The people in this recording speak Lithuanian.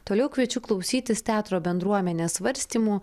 toliau kviečiu klausytis teatro bendruomenės svarstymų